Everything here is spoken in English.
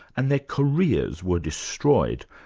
and their careers were destroyed,